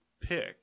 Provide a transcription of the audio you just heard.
pick